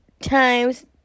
times